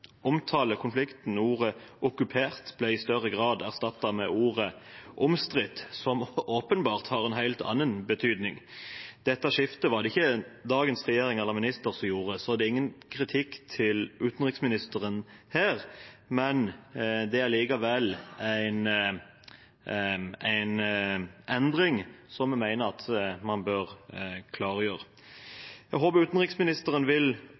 større grad erstattet med ordet «omstridt», som åpenbart har en helt annen betydning. Dette skiftet var det ikke dagens regjering eller utenriksminister som gjorde, så det er ingen kritikk av utenriksministeren her, men det er allikevel en endring som jeg mener man bør klargjøre. Jeg håper utenriksministeren vil